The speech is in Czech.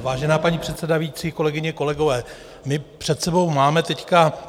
Vážená paní předsedající, kolegyně, kolegové, my před sebou máme teď